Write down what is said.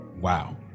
wow